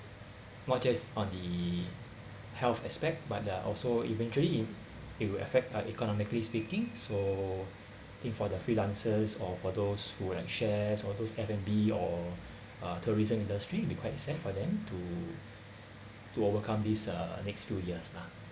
not just on the health aspect but there are also eventually it will affect uh economically speaking so think for the freelancers or for those who like shares or those F and B or a tourism industry be quite sad for them to to overcome these uh next few years lah